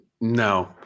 No